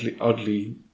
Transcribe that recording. oddly